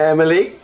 Emily